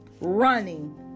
running